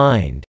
Mind